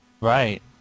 Right